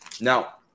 Now